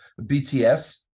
BTS